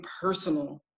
personal